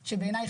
שבעיניי,